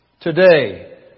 Today